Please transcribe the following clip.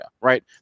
Right